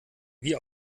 wie